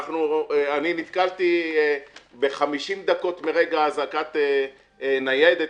אני נתקלתי ב-50 דקות מרגע אזעקת הניידת,